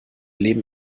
leben